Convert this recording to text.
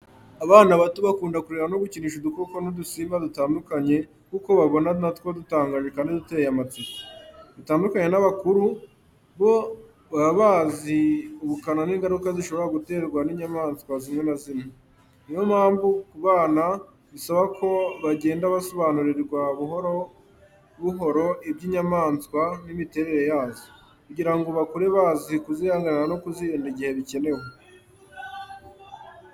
Abana bato bakunda kureba no gukinisha udukoko n’udusimba dutandukanye kuko babona natwo dutangaje kandi duteye amatsiko. Bitandukanye n’abakuru, bo baba bazi ubukana n’ingaruka zishobora guterwa n’inyamaswa zimwe na zimwe. Ni yo mpamvu ku bana, bisaba ko bagenda basobanurirwa buhoro buhoro iby’inyamaswa n’imiterere yazo, kugira ngo bakure bazi kuzihanganira no kuzirinda igihe bikenewe.